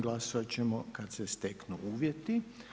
Glasovati ćemo kad se steknu uvjeti.